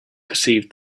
perceived